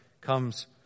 comes